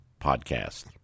Podcast